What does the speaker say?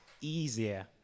easier